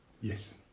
Yes